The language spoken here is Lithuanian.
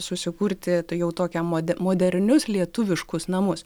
susikurti tą jau tokią mode modernius lietuviškus namus